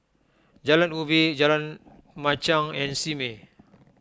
Jalan Ubi Jalan Machang and Simei